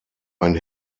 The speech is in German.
ein